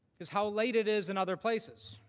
is how late it is in other places.